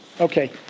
Okay